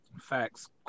Facts